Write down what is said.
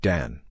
Dan